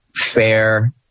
fair